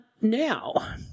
now